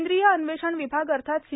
केंद्रीय अन्वेषण विभाग अर्थात सी